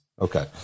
Okay